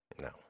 no